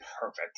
perfect